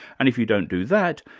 and if you don't do that,